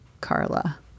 carla